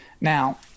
Now